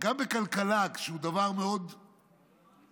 גם בכלכלה, שהיא דבר מאוד מדיד,